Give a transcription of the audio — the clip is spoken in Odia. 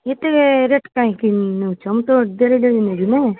ଏତେ ରେଟ୍ କାହିଁକି ନେଉଛ ମୁଁ ତୋ ଡେଲି ଡେଲି ନେବି ନା